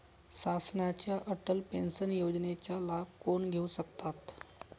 शासनाच्या अटल पेन्शन योजनेचा लाभ कोण घेऊ शकतात?